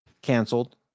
Canceled